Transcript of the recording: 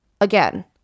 Again